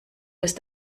ist